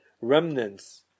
remnants